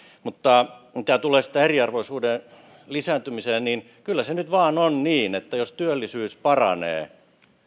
mutta mutta mitä tulee sitten eriarvoisuuden lisääntymiseen niin kyllä se nyt vain on niin että jos työllisyys paranee